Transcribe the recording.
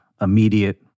immediate